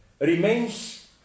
remains